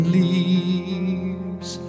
leaves